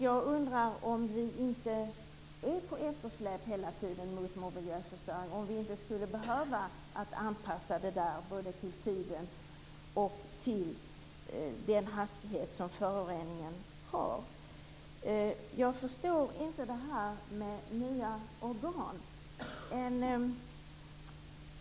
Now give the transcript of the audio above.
Jag undrar om vi inte är på efterkälken hela tiden i fråga om miljöförstöringen, och om vi inte skulle behöva anpassa det både till tiden och till den hastighet som föroreningen har. Jag förstår inte det som har sagts om nya organ.